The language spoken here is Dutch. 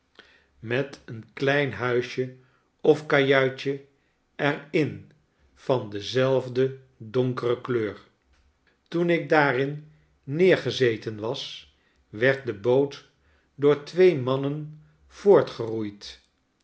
met een klein huisje of kajuitje er in van dezelfde donkere kleur toen ik daarin neergezeten was werd de boot door twee mannen voortgeroeid